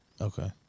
okay